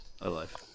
alive